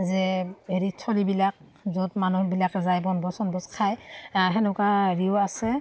যে হেৰিত স্থলীবিলাক য'ত মানুহবিলাকে যায় বনভোজ চনভোজ খায় সেনেকুৱা হেৰিও আছে